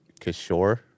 Kishore